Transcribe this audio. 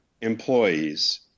employees